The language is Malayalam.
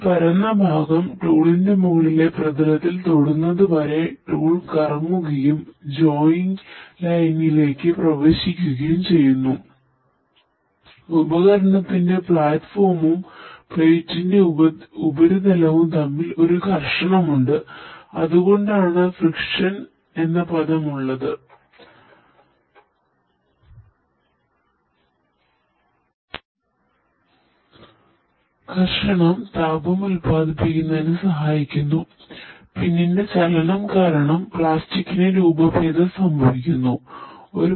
ഈ പരന്ന ഭാഗം ടൂളിന്റെ എന്ന പദവും അവിടെയുണ്ട്